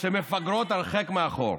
שמפגרות הרחק מאחור.